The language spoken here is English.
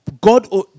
god